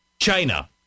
China